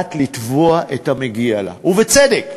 יודעת לתבוע את המגיע לה, ובצדק,